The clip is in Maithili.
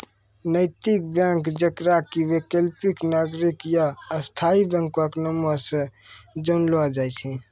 नैतिक बैंक जेकरा कि वैकल्पिक, नागरिक या स्थायी बैंको के नामो से जानलो जाय छै